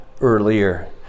earlier